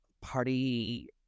party